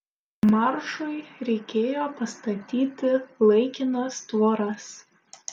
maršui reikėjo pastatyti laikinas tvoras